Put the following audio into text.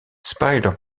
spider